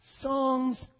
songs